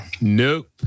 Nope